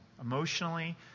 Emotionally